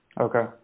okay